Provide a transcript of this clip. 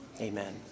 Amen